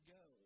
go